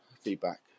feedback